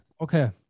okay